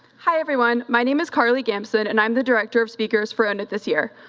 hi everyone, my name is carly gamson and i'm the director of speakers for own it this year.